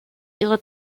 ihre